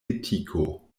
etiko